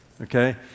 okay